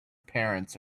parents